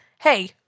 Hey